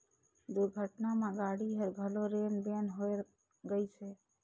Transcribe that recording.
दुरघटना म गाड़ी हर घलो रेन बेर होए गइसे